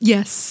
Yes